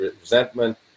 resentment